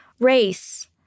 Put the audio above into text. race